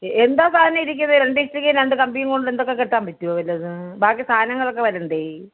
എന്താണ് സാധനം ഇരിക്കുന്നത് രണ്ട് ഇഷ്ടികയും രണ്ട് കമ്പിയും കൊണ്ട് എന്തൊക്കെ കെട്ടാൻ പറ്റുമോ വല്ലതും ബാക്കി സാധനങ്ങളൊക്കെ വരണ്ടേ